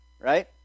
right